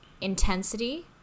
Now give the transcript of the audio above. intensity